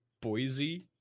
Boise